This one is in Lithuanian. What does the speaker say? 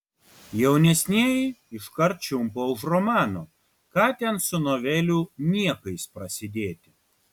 jaunesnieji iškart čiumpa už romano ką ten su novelių niekais prasidėti